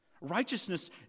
Righteousness